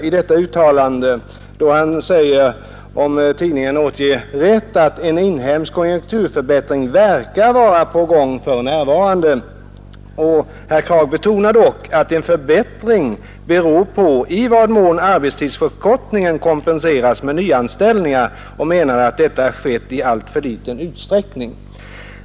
Professor Kragh säger följande, om nu tidningen återger rätt: ”En inhemsk konjunkturförbättring verkar vara på gång för närvarande.” Professor Kragh betonade dock att en förbättring beror på i vad mån arbetstidsförkortningen kompenseras med nyanställningar och menade att detta har skett i alltför liten utsträckning.